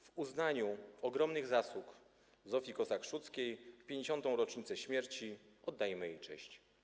W uznaniu ogromnych zasług Zofii Kossak-Szczuckiej w 50. rocznicę śmierci oddajemy jej cześć.